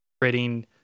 creating